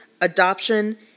adoption